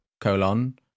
colon